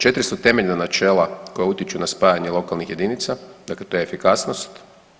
400 temeljna načela koja utječu na spajanje lokalnih jedinica, dakle to je efikasnost.